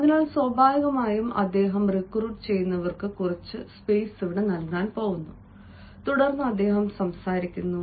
അതിനാൽ സ്വാഭാവികമായും അദ്ദേഹം റിക്രൂട്ട് ചെയ്യുന്നവർക്ക് കുറച്ച് ഇടം നൽകുന്നു തുടർന്ന് അദ്ദേഹം സംസാരിക്കുന്നു